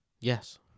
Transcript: Yes